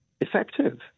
effective